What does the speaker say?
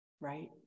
right